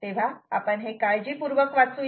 तेव्हा आपण हे काळजीपूर्वक वाचू या